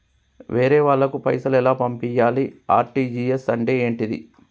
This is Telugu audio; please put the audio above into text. వేరే వాళ్ళకు పైసలు ఎలా పంపియ్యాలి? ఆర్.టి.జి.ఎస్ అంటే ఏంటిది?